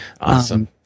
Awesome